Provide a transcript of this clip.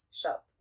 shop